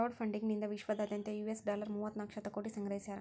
crowd funding ನಿಂದಾ ವಿಶ್ವದಾದ್ಯಂತ್ US dollar ಮೂವತ್ತನಾಕ ಶತಕೋಟಿ ಸಂಗ್ರಹಿಸ್ಯಾರ